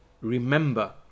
remember